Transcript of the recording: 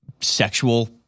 sexual